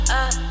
up